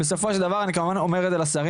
בסופו של דבר אני כמובן אומר את זה לשרים